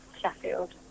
Sheffield